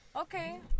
Okay